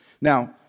Now